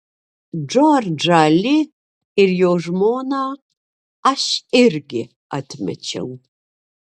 džordžą li ir jo žmoną aš irgi atmečiau